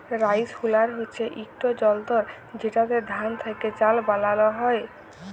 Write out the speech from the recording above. rice huller হছে ইকট যলতর যেটতে ধাল থ্যাকে চাল বালাল হ্যয়